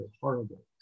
horrible